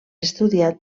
estudiat